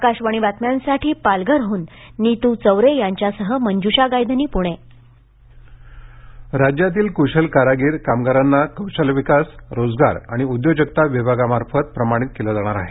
आकाशवाणी बातम्यांसाठी पालघरहून नीतू चौरे यांच्यासह मंज्रषा गायधनी प्रणे उद्योजकता विकास राज्यातील कुशल कारागिर कामगारांना कौशल्य विकास रोजगार आणि उद्योजकता विभागामार्फत प्रमाणित केलं जाणार आहे